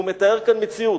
הוא מתאר כאן מציאות.